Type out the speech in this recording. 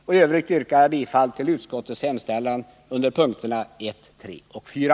I övrigt yrkar jag bifall till utskottets hemställan under punkterna 1, 3 och 4.